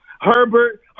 Herbert